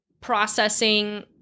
processing